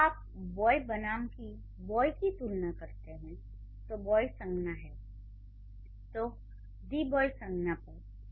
जब आप 'बॉय' बनाम 'दि बॉय' की तुलना करते हैं तो 'बॉय' संज्ञा है तो 'दि बॉय' संज्ञा पद